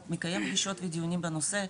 הוא מקיים פגישות ודיונים בנושא,